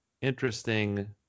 interesting